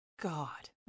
God